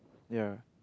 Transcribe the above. ya